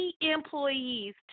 employees